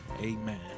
Amen